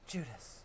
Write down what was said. Judas